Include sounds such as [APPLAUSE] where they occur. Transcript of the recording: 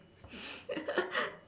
[LAUGHS]